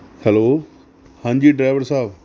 hello ਹਾਂਜੀ driver ਸਾਹਿਬ